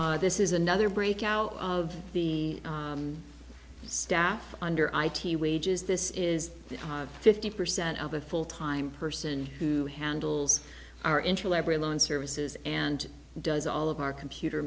year this is another breakout of the staff under i t wages this is fifty percent of a full time person who handles our interlibrary loan services and does all of our computer